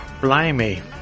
blimey